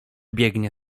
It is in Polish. biegnie